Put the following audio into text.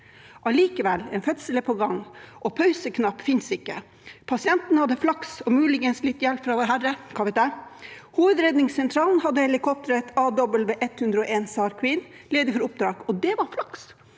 Allikevel: En fødsel er på gang, og pauseknapp finnes ikke. Pasienten hadde flaks, og muligens – hva vet jeg – litt hjelp fra Vårherre. Hovedredningssentralen hadde helikopteret AW101 SAR Queen ledig for oppdrag, og det var flaks,